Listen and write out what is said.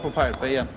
pirate bay ah